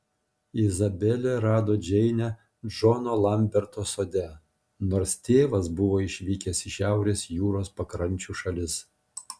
izabelė rado džeinę džono lamberto sode nors tėvas buvo išvykęs į šiaurės jūros pakrančių šalis